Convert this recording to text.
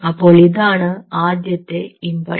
അപ്പോൾ ഇതാണ് ആദ്യത്തെ ഇംപൾസ്